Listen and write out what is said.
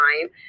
time